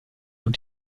und